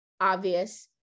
obvious